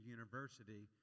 University